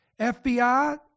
FBI